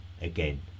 again